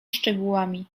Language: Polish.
szczegółami